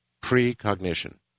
Precognition